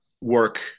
work